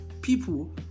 People